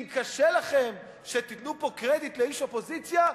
אם קשה לכם שתיתנו פה קרדיט לאיש אופוזיציה,